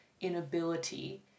inability